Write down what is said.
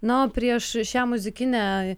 na o prieš šią muzikinę